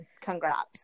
Congrats